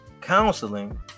counseling